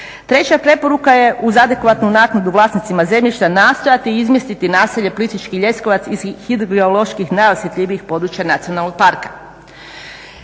Treća preporuka je uz adekvatnu naknadu vlasnicima zemljišta nastojati izmisliti naselje Plitvički Ljeskovac iz hidrogeoloških najosjetljivijih područja nacionalnog parka.